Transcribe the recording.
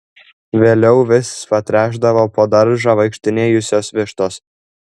vėliau vis patręšdavo po daržą vaikštinėjusios vištos